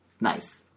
nice